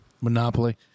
Monopoly